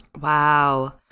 Wow